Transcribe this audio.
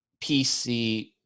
PC